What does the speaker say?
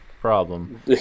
problem